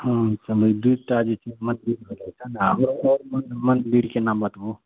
हूँ दुटा जे छै मन्दिर भेलै सहए ने आओर मन्दिरके नाम बतबू